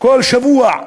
כל שבוע,